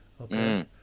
okay